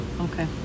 Okay